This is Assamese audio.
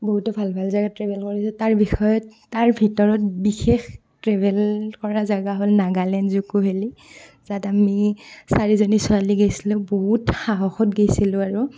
বহুতো ভাল ভাল জেগা ট্ৰেভেল কৰিছোঁ তাৰ বিষয়ত তাত ভিতৰত বিশেষ ট্ৰেভেল কৰা জেগা হ'ল নাগালেণ্ড জুক' ভেলী তাত আমি চাৰিজনী ছোৱালী গৈছিলোঁ বহুত সাহসত গৈছিলোঁ আৰু